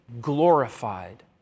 glorified